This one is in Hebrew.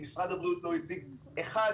משרד הבריאות לא הציג אחד,